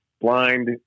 blind